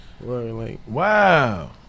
Wow